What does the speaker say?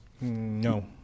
No